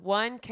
one